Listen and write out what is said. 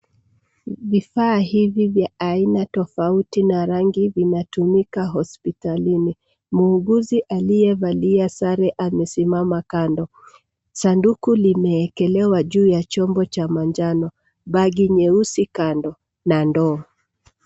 Vifaa hivi vya aina tofauti na rangi zinatumika hospitalini. Muuguzi aliye valia sare amesimama kando . Sanduku limeekelewa juu ya chombo cha manjano, bagi nyeusi kando na ndoo.